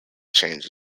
changed